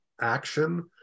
action